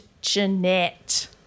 Jeanette